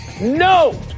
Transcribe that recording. no